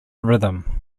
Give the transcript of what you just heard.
rhythm